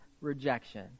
rejection